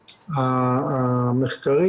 המחקרים.